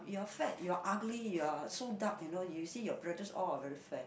you're fat you're ugly you're so dark you know you see your brothers all are very fair